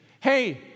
Hey